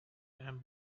and